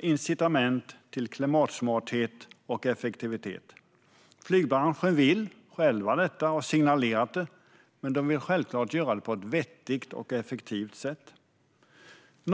incitament till klimatsmarthet och effektivitet. Flygbranschen själv vill detta, och har signalerat det, men man vill självklart göra det på ett vettigt och effektivt sätt. Fru talman!